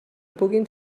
puguin